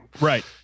Right